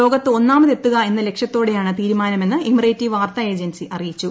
ലോകത്ത് ഒന്നാമതെത്തുക എന്ന ലക്ഷ്യത്തോടെയാണ് തീരുമാന മെന്ന് എമിറേറ്റി വാർത്താ ഏജൻസി അറിയിച്ചു